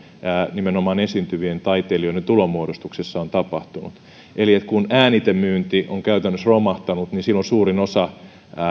nimenomaan esiintyvien taiteilijoiden tulonmuodostuksessa on tapahtunut eli kun äänitemyynti on käytännössä romahtanut silloin suurin osa